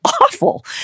awful